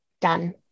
done